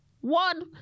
One